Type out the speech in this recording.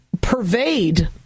pervade